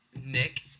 Nick